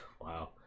Wow